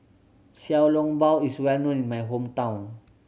Xiao Long Bao is well known in my hometown